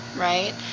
right